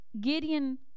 Gideon